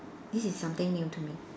this is something new to me